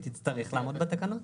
היא תצטרך לעמוד בתקנות.